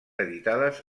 editades